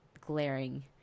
glaring